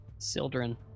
Sildren